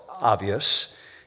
obvious